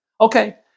Okay